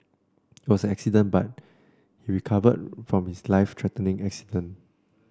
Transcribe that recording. it was accident that he recovered from his life threatening accident